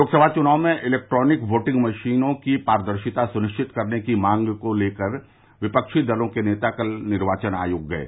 लोकसभा चुनाव में electronic voting मशीनों की पारदर्शिता सुनिश्चित करने की मांग को लेकर विपक्षी दलों के नेता कल निर्वाचन आयोग गये